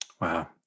Wow